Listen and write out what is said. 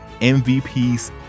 MVPs